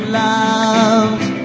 loved